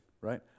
right